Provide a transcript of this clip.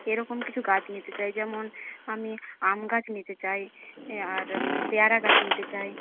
এরকম কিছু গাছ নিতে চাই যেমন আমি আম গাছ নিতে চাই আর পেয়ারা গাছ নিতে চাই